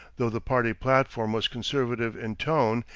though the party platform was conservative in tone,